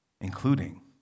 including